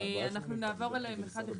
אנחנו נעבור עליהם אחד אחד,